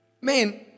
man